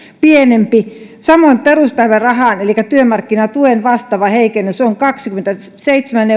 pienempi samoin peruspäivärahan ja työmarkkinatuen vastaava heikennys on kaksikymmentäseitsemän